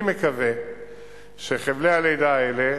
אני מקווה שחבלי הלידה האלה